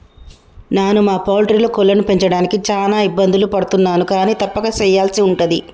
నాను మా పౌల్ట్రీలో కోళ్లను పెంచడానికి చాన ఇబ్బందులు పడుతున్నాను కానీ తప్పక సెయ్యల్సి ఉంటది